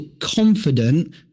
confident